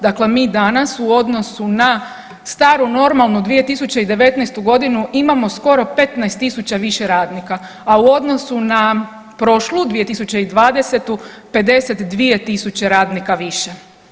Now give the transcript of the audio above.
Dakle, mi danas u odnosu na staru normalnu 2019.g. imamo skoro 15.000 više radnika, a u odnosu na prošlu 2020. 52.000 radnika više.